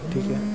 ठीक हे